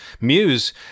muse